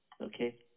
Okay